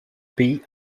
pays